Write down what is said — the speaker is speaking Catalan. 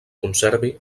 conservi